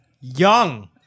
Young